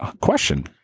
Question